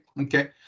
Okay